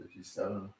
57